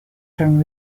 from